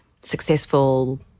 successful